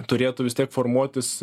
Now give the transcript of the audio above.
turėtų vis tiek formuotis